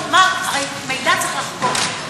הרי מידע צריך לחקור.